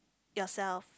yourself